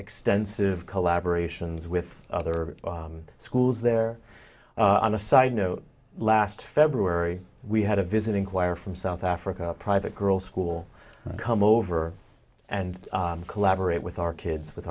extensive collaboration's with other schools there on a side note last february we had a visiting choir from south africa private girls school come over and collaborate with our kids